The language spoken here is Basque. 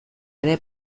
ere